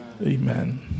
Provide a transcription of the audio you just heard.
Amen